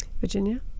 Virginia